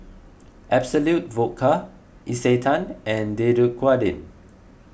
Absolut Vodka Isetan and Dequadin